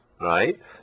right